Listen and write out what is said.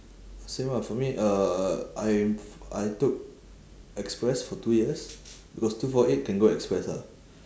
same ah for me uh I'm I took express for two years because two four eight can go express ah